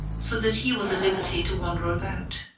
so that he was at liberty to wander about.